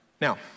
Now